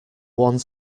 one